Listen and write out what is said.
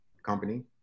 company